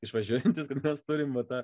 išvažiuojantys kur mes turim vat tą